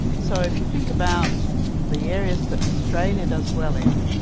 so if you think about the areas that australia does well in,